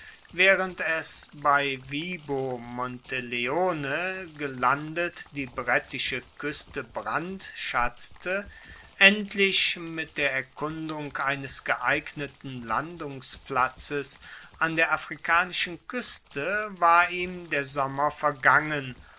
waehrend es bei vibo monteleone gelandet die brettische kueste brandschatzte endlich mit der erkundung eines geeigneten landungsplatzes an der afrikanischen kueste war ihm der sommer vergangen